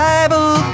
Bible